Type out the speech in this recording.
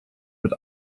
mit